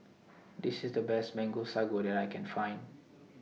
This IS The Best Mango Sago that I Can Find